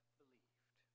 believed